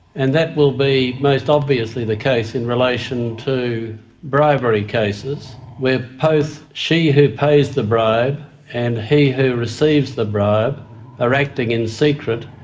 and that will be most obviously the case in relation to bribery cases where both she who pays the bribe and he who receives the bribe are acting in secret,